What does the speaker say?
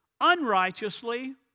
unrighteously